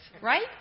right